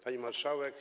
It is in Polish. Pani Marszałek!